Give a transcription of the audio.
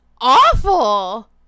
awful